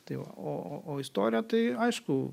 tai o o o istorija tai aišku